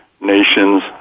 nations